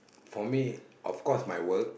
for me of course my work